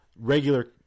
regular